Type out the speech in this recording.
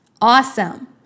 Awesome